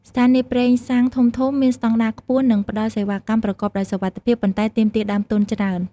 ស្ថានីយ៍ប្រេងសាំងធំៗមានស្តង់ដារខ្ពស់និងផ្តល់សេវាកម្មប្រកបដោយសុវត្ថិភាព ប៉ុន្តែទាមទារដើមទុនច្រើន។